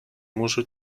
muso